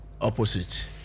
opposite